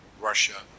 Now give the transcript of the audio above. Russia